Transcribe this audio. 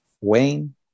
Wayne